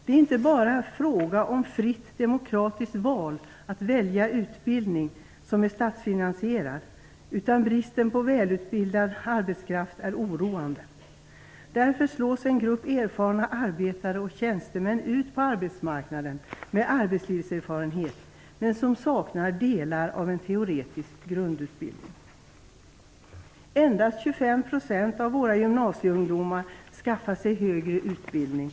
Det är inte bara fråga om fritt demokratiskt val, att välja utbildning som är statsfinansierad, utan bristen på välutbildad arbetskraft är oroande. Därför slås en grupp erfarna arbetare och tjänstemän som har arbetslivserfarenhet men som saknar delar av en teoretisk grundutbildning ut på marknaden. Endast 25 % av våra gymnasieungdomar skaffar sig högre utbildning.